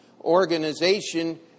organization